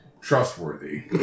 trustworthy